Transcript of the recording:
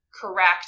correct